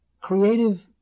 creative